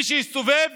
מי שהסתובב